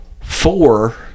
four